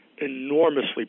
enormously